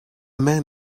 man